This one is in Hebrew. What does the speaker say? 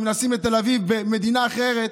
אם נוסעים בתל אביב, ומדינה אחרת,